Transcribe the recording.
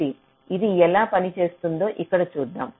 ఇది ఎలా పనిచేస్తుందో ఇక్కడ చూద్దాం